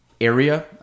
area